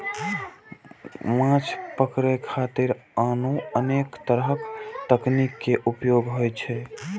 माछ पकड़े खातिर आनो अनेक तरक तकनीक के उपयोग होइ छै